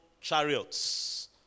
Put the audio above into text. chariots